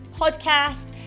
podcast